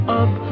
up